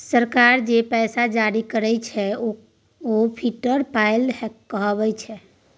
सरकार जे पैसा जारी करैत छै ओ फिएट पाय कहाबैत छै